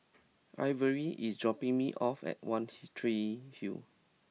Ivory is dropping me off at One T Tree Hill